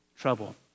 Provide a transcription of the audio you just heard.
trouble